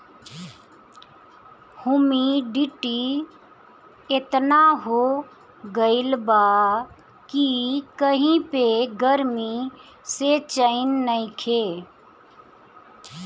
humidity एतना हो गइल बा कि कही पे गरमी से चैन नइखे